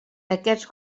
aquests